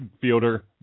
fielder